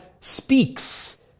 speaks